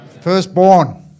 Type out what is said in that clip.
Firstborn